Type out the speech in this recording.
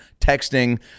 texting